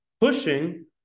pushing